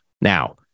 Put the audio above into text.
now